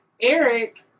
Eric